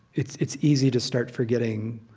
it's it's easy to start forgetting.